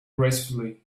gracefully